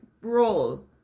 role